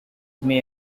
may